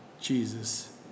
Jesus